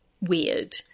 weird